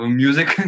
music